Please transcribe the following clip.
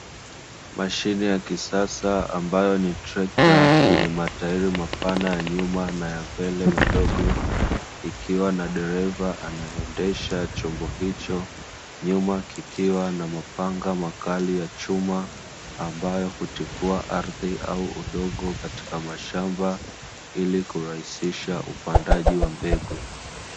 Mashine ya kisasa ambayo ni trekta yenye matairi mapana ya nyuma na ya mbele madogo, ikiwa na dereva anayeendesha chombo hicho nyuma kikiwa na mapanga makali ya chuma ambayo hutifua ardhi au udongo katika mashamba ili kurahisisha upandaji wa mbegu.